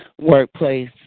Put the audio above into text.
workplace